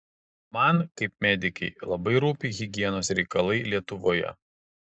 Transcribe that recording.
man kaip medikei labai rūpi higienos reikalai lietuvoje